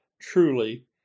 truly